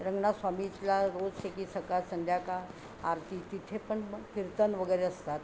रंगनाथस्वामीला रोज शेकी सकाळ संध्याकाळ आरती तिथे पण कीर्तन वगैरे असतात